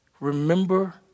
Remember